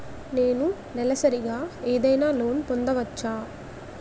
నేను నెలసరిగా ఏదైనా లోన్ పొందవచ్చా?